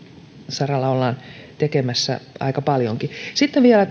saralla ollaan tekemässä aika paljonkin sitten vielä